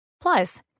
Plus